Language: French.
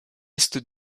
est